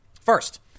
First